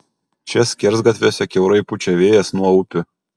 čia skersgatviuose kiaurai pučia vėjas nuo upių